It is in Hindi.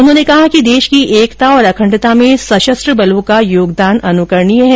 उन्होंने कहा कि देश की एकता और अखंडता में सशस्त्र बलों का योगदान अनुकरणीय है